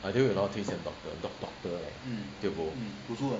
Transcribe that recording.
I deal with a lot of T_C_M doctor doc doctor tio bo